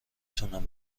تونم